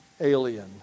alien